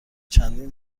چندین